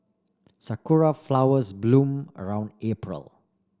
sakura flowers bloom around April